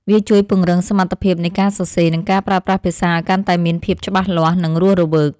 វាជួយពង្រឹងសមត្ថភាពនៃការសរសេរ និងការប្រើប្រាស់ភាសាឱ្យកាន់តែមានភាពច្បាស់លាស់ និងរស់រវើក។